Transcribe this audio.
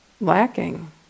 lacking